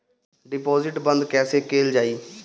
Deposit बंद कैसे कैल जाइ?